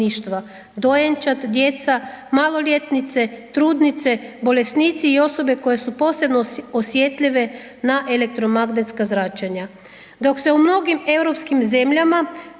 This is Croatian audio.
dojenčad, djeca, maloljetnice, trudnice, bolesnici i osobe koje su posebno osjetljive na elektromagnetska zračenja. Dok se u mnogim europskim zemljama